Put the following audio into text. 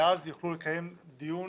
ואז יוכלו לקיים דיון